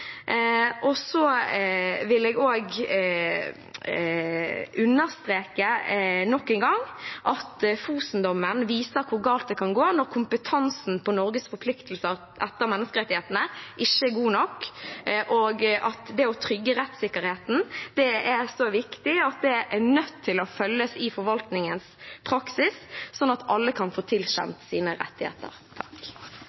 Jeg vil også understreke nok en gang at Fosen-dommen viser hvor galt det kan gå når kompetansen på Norges forpliktelser etter menneskerettighetene ikke er god nok, og at det å trygge rettssikkerheten er så viktig at det er nødt til å følges i forvaltningens praksis, sånn at alle kan få tilkjent sine rettigheter. Først til